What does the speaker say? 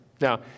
Now